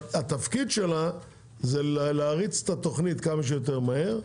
התפקיד שלה זה להריץ את התוכנית כמה שיותר מהר,